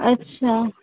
अच्छा